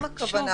זאת גם הכוונה,